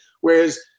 Whereas